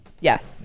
yes